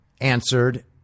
answered